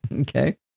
Okay